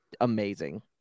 amazing